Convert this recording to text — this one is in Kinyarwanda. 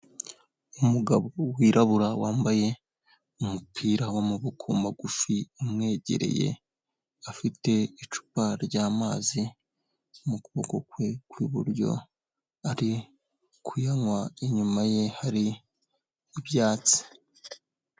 Umugabo wirabura wambaye umupira w'amaboko magufi umwegereye, afite icupa ry'amazi mu kuboko kwe kw'iburyo. Ari kuyanywa, inyuma ye hari ibyatsi.